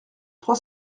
trois